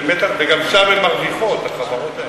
וגם שם הן מרוויחות, החברות האלה.